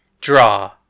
Draw